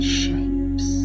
shapes